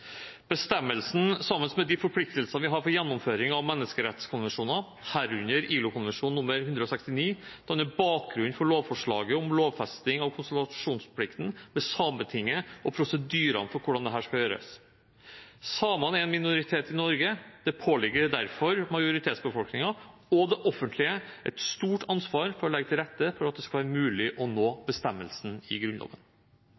Bestemmelsen, sammen med de forpliktelser vi har for gjennomføring av menneskerettskonvensjoner, herunder ILO-konvensjon nr. 169, danner bakgrunnen for lovforslaget om lovfesting av konsultasjonsplikten med Sametinget og prosedyrene for hvordan dette skal gjøres. Samene er en minoritet i Norge, og det påligger derfor majoritetsbefolkningen og det offentlige et stort ansvar for å legge til rette for at det skal være mulig å